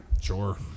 Sure